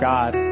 God